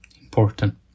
important